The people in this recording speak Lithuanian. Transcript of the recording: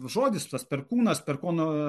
žodis tas perkūnas perkūno